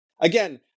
again